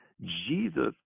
Jesus